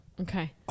Okay